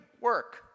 work